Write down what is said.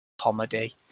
comedy